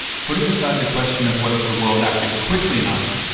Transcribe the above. putting aside the question of whether the world acted quickly enough,